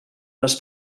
les